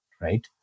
right